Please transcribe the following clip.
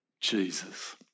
Jesus